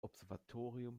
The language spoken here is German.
observatorium